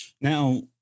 Now